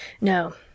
No—